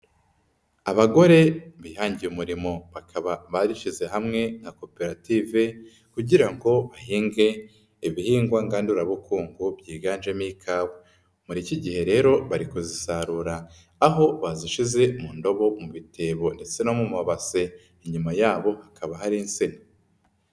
Abagore bihangiye umurimo bakaba barishyize hamwe nka koperative kugira ngo bahinge ibihingwa ngandurabukungu byiganjemo ikawa, muri iki gihe rero bari kuzisarura aho bazishyize mu ndobo, mu bitebo ndetse no mu mabase, inyuma yabo hakaba hari insina.